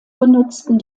benutzen